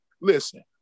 Listen